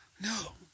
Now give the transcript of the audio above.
No